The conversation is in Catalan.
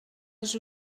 els